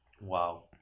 Wow